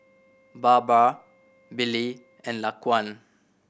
Barbra Billy and Laquan